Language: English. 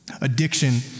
Addiction